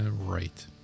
Right